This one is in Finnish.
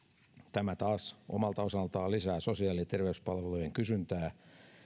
tämä taas omalta osaltaan lisää sosiaali ja terveyspalvelujen kysyntää